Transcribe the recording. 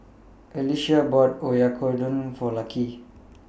Alysia bought Oyakodon For Lucky